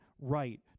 right